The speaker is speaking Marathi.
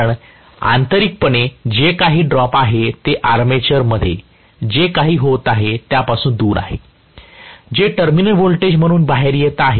कारण आंतरीकपणे जे काही ड्रॉप आहे ते आर्मेचरमध्ये जे काही होत आहे त्यापासून दूर आहे जे टर्मिनल व्होल्टेज म्हणून बाहेर येते